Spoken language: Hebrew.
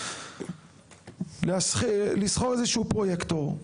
לשכור איזה שהוא פרויקטור,